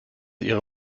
ihre